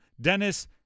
Dennis